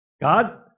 God